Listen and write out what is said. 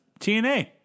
TNA